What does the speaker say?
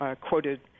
quoted